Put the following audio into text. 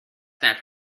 that